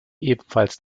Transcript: ebenfalls